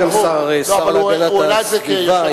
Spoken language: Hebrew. היה גם שר להגנת הסביבה,